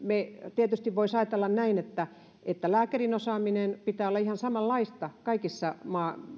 tietysti voisi ajatella että että lääkärin osaamisen pitää olla ihan samanlaista kaikkialla